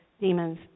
demons